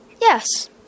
yes